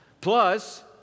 Plus